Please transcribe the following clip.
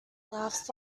laughs